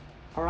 alright